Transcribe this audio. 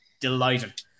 delighted